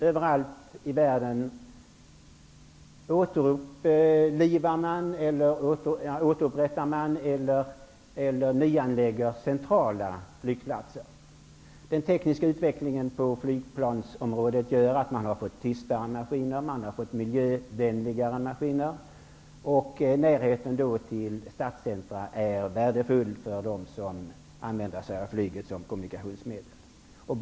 Överallt i världen återupprättas eller nyanläggs centrala flygplatser. Den tekniska utvecklingen på flygplansområdet gör att man har fått tystare och miljövänligare maskiner. Närheten till stadscentrum är värdefull för dem som använder sig av flyget som kommunikationsmedel.